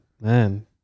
man